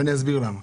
ואני אסביר למה.